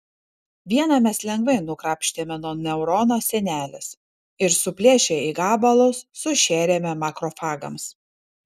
vieną mes lengvai nukrapštėme nuo neurono sienelės ir suplėšę į gabalus sušėrėme makrofagams